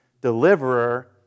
deliverer